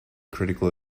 critical